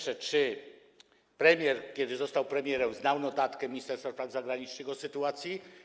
Czy premier, kiedy został premierem, znał notatkę Ministerstwa Spraw Zagranicznych o sytuacji?